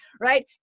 right